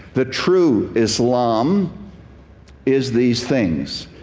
the true islam is these things.